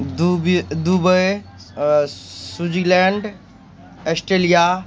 दुबी Dubai अँ Switzerland Australia